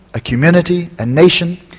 a community, a nation,